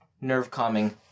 nerve-calming